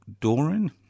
Doran